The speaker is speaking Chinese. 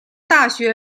大学